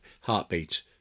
heartbeat